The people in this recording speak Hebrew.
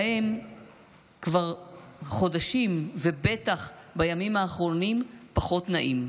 להם כבר חודשים, ובטח בימים האחרונים, פחות נעים.